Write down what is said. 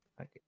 okay